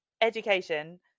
education